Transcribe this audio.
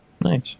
Nice